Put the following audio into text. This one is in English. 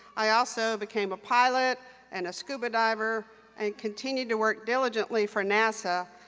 i also became a pilot and a scuba diver and continued to work diligently for nasa.